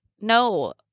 no